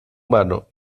mano